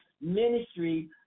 ministry